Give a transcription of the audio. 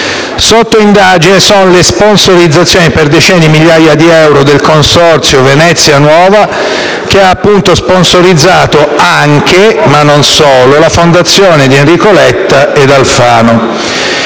Sotto indagine sono le sponsorizzazioni per decine di migliaia di euro del consorzio Venezia Nuova che ha sponsorizzato anche, ma non solo, la fondazione di Enrico Letta e Alfano.